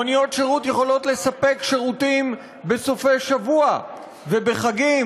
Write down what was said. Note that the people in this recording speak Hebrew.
מוניות שירות יכולות לספק שירותים בסופי שבוע ובחגים,